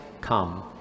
come